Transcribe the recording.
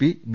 P B